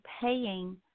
paying